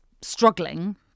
struggling